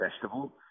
festival